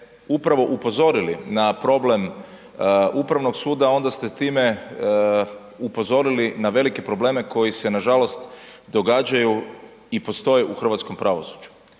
upravo upozorili na problem Upravnog suda onda ste s time upozorili na velike probleme koji se nažalost događaju i postoje u hrvatskom pravosuđu,